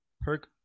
Perk